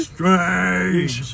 Strange